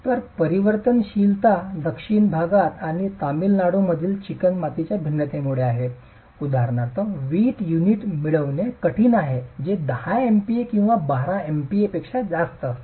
तर परिवर्तनशीलता दक्षिण भारत आणि तामिळनाडूमधील चिकणमातीच्या भिन्नतेमुळे आहे उदाहरणार्थ वीट युनिट मिळविणे कठीण आहे जे 10 एमपीए किंवा 12 एमपीएपेक्षा जास्त आहेत